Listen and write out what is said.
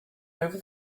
over